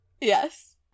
Yes